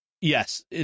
yes